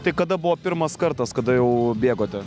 tai kada buvo pirmas kartas kada jau bėgote